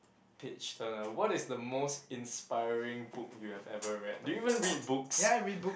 page turner what is the most inspiring book you have ever read do you even read books